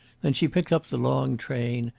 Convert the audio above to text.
then she picked up the long train,